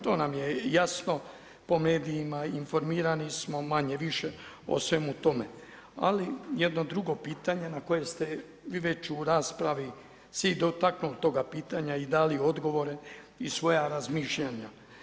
To nam je jasno po medijima, informirani smo manje-više o svemu tome, ali jedno drugo pitanje na koje ste vi već u raspravi se dotaknuo toga pitanja i dali odgovore i svoja razmišljanja.